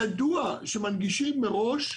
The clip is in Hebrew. ידוע שמנגישים מראש,